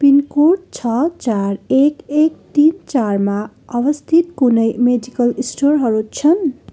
pin code चार एक एक तिन चारमा अवस्थित कुनै मेडिकल रहरू छन्